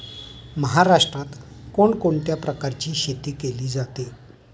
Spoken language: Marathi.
महाराष्ट्रात कोण कोणत्या प्रकारची शेती केली जाते?